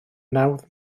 nawdd